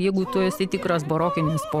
jeigu tu esi tikras barokinis